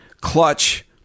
clutch